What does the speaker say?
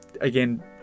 Again